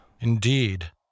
Indeed